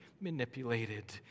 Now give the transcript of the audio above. manipulated